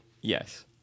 Yes